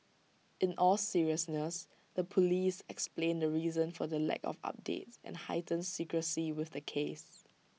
in all seriousness the Police explained the reason for the lack of updates and heightened secrecy with the case